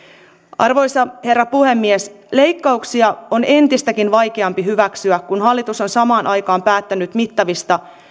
arvoisa herra puhemies leikkauksia on entistäkin vaikeampi hyväksyä kun hallitus on samaan aikaan päättänyt mittavista